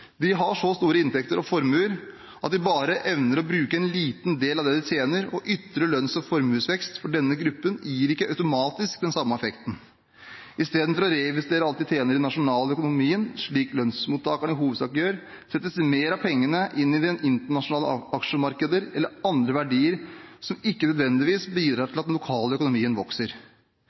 De har så store inntekter og formuer at de bare evner å bruke en liten del av det de tjener, og ytre lønns- og formuesvekst for denne gruppen gir ikke automatisk den samme effekten. Istedenfor å reinvestere alt de tjener i den nasjonale økonomien, slik lønnsmottakerne hovedsakelig gjør, settes mer av pengene inn i internasjonale aksjemarkeder eller andre verdier som ikke nødvendigvis bidrar til at den lokale økonomien vokser.